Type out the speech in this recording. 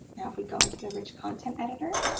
now if we go into the rich content editor